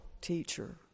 teacher